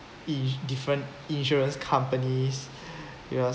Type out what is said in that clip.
in different insurance companies